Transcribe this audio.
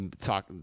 talk